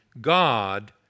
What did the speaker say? God